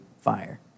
fire